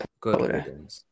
good